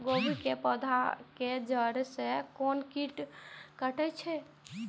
गोभी के पोधा के जड़ से कोन कीट कटे छे?